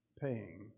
paying